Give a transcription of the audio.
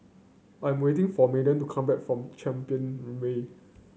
I'm waiting for Madden to come back from Champion Way